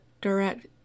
direct